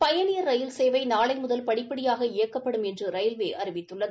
பயணியா் rail சேவை நாளை முதல் படிப்படியாக இயக்கப்படும் என்ற ரயில்வே அறிவித்துள்ளது